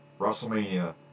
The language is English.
WrestleMania